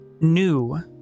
new